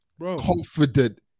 confident